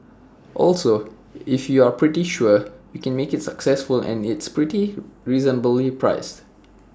also if you're pretty sure you make IT successful and it's reasonably priced